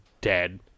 dead